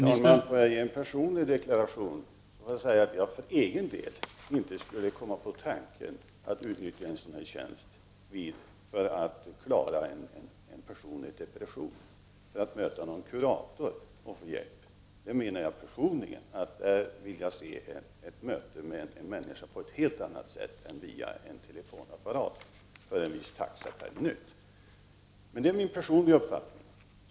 Herr talman! Får jag ge en personlig deklaration: För egen del skulle jag inte komma på tanken att utnyttja en sådan här tjänst för att klara en personlig depression i stället för ett möte med en kurator. Jag vill ha ett möte med en människa på ett helt annat sätt än via en telefonapparat för en viss taxa per minut. Detta är min personliga uppfattning.